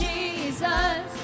Jesus